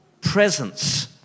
presence